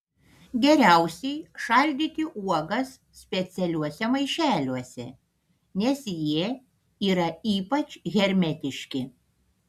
geriausiai šaldyti uogas specialiuose maišeliuose nes jie yra ypač hermetiški